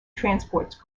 transports